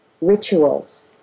rituals